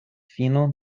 fino